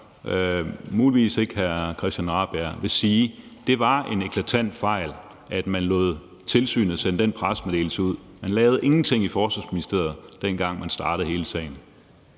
muligvis ikke hr. Christian Rabjerg Madsen – vil sige, at det var en eklatant fejl, at man lod tilsynet sende den pressemeddelelse ud. Man lavede ingenting i Forsvarsministeriet, dengang man startede hele sagen.